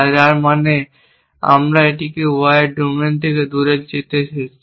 যার মানে আমরা এটিকে Y এর ডোমেইন থেকে দূরে ফেলে দিতে যাচ্ছি